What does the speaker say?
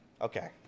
Okay